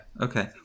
okay